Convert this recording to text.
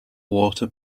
water